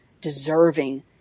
deserving